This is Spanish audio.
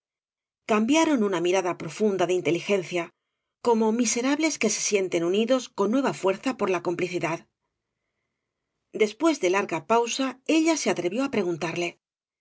cambiaron una mirada profunda de inteligencia como miserables que se sienten unidos cob líueva fuerza por la complicidad después de larga pausa ella se atrevió á preguntarle